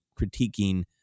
critiquing